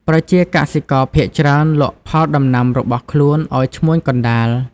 ប្រជាកសិករភាគច្រើនលក់ផលដំណាំរបស់ខ្លួនឲ្យឈ្មួញកណ្តាល។